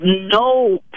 no